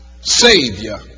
Savior